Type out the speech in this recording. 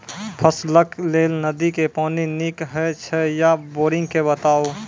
फसलक लेल नदी के पानि नीक हे छै या बोरिंग के बताऊ?